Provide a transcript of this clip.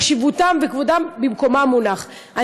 חשיבותן וכבודן במקומם מונחים.